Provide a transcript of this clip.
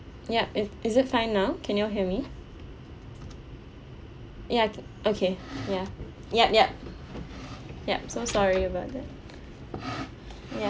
yup it is it fine now can you hear me ya okay ya yup yup yup so sorry about that ya